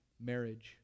marriage